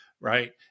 Right